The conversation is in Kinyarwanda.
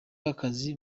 akazi